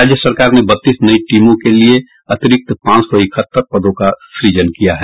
राज्य सरकार ने बत्तीस नई टीमों के लिये अतिरिक्त पांच सौ इकहत्तर पदों का सृजन किया है